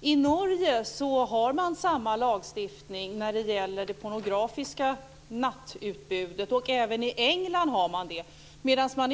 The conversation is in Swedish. I Norge har man samma lagstiftning när det gäller det pornografiska nattutbudet, och det har man även i England.